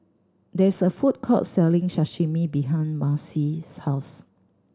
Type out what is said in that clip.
there is a food court selling Sashimi behind Marcy's house